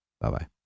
Bye-bye